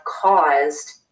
caused